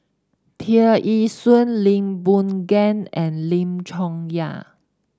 Tear Ee Soon Lee Boon Ngan and Lim Chong Yah